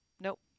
Nope